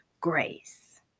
grace